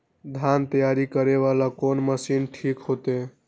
धान तैयारी करे वाला कोन मशीन ठीक होते?